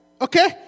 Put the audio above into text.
okay